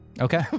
Okay